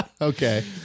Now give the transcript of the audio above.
Okay